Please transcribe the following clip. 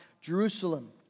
Jerusalem